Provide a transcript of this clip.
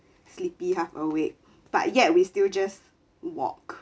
sleepy half awake but yet we still just walk